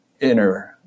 inner